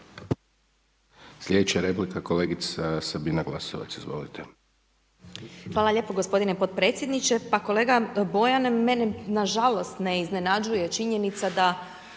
Sljedeća replika kolegica Sabina Glasovac, izvolite. **Glasovac, Sabina (SDP)** Hvala lijepo g. potpredsjedniče. Kolega Bojan, mene nažalost, ne iznenađuje činjenica da